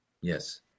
Yes